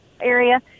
area